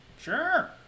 Sure